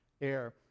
air